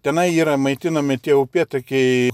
tenai yra maitinami tie upėtakiai